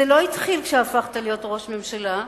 זה לא התחיל כשהפכת להיות ראש ממשלה,